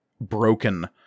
broken